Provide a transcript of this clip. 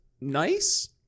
nice